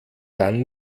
dann